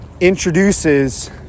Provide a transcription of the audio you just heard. introduces